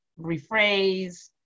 rephrase